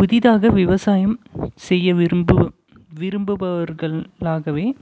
புதிதாக விவசாயம் செய்ய விரும்ப விரும்புபவர்களாகவே